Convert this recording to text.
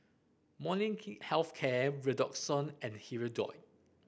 Molnylcke Health Care Redoxon and Hirudoid